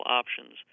options